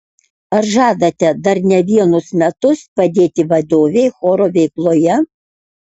ar žadate dar ne vienus metus padėti vadovei choro veikloje